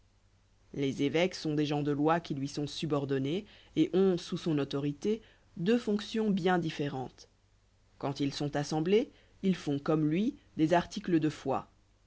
les évêques sont des gens de loi qui lui sont subordonnés et ont sous son autorité deux fonctions bien différentes quand ils sont assemblés ils font comme lui des articles de foi